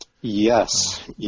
Yes